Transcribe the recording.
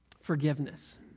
forgiveness